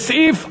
לסעיף 47(14),